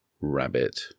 rabbit